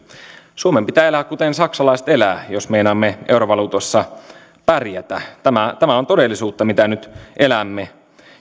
suomen pitää elää kuten saksalaiset elävät jos meinaamme eurovaluutassa pärjätä tämä tämä on todellisuutta mitä nyt elämme